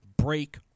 break